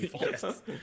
Yes